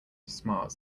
smiles